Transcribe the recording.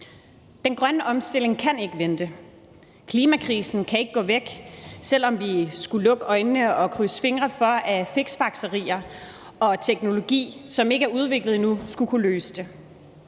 Den grønne omstilling kan ikke vente, klimakrisen kan ikke gå væk, selv om vi skulle lukke øjnene og krydse fingre for, at fiksfakserier og teknologi, som ikke er udviklet endnu, skulle kunne løse det.